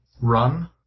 run